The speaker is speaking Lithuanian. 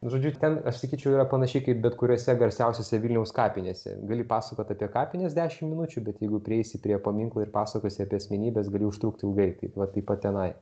žodžiu ten aš sakyčiau yra panašiai kaip bet kuriose garsiausiose vilniaus kapinėse gali pasakoti apie kapines dešimt minučių bet jeigu prieisi prie paminklo ir pasakosi apie asmenybes gali užtrukti ilgai tai vat taip pat tenai